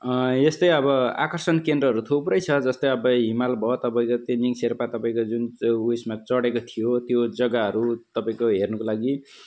यस्तै अब आकर्षण केन्द्रहरू थुप्रै छ जस्तै अब हिमाल भयो तपाईँको तेन्जिङ सेर्पा तपाईँको जुन ऊ यसमा चढेको थियो त्यो जगाहरू तपाईँको हेर्नुको लागि